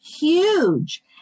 huge